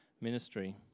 ministry